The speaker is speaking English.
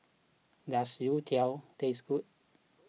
does Youtiao taste good